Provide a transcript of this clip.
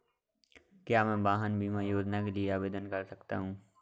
क्या मैं वाहन बीमा योजना के लिए आवेदन कर सकता हूँ?